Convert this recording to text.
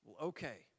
Okay